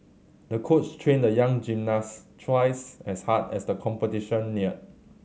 the coach trained the young gymnast twice as hard as the competition neared